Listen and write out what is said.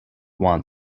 want